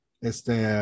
este